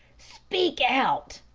speak out!